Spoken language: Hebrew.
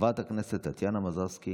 חברת הכנסת טטיאנה מזרסקי